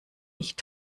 nicht